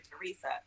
Teresa